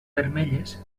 vermelles